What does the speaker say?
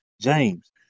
James